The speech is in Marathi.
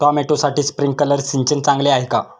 टोमॅटोसाठी स्प्रिंकलर सिंचन चांगले आहे का?